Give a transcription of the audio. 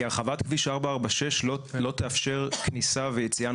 כי הרחבת כביש 446 לא תאפשר כניסה ויציאה